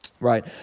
right